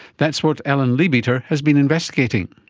that's what ellen leabeater has been investigating.